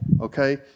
okay